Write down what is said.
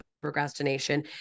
procrastination